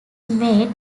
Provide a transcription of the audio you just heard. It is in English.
made